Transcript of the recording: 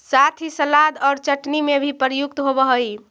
साथ ही सलाद और चटनी में भी प्रयुक्त होवअ हई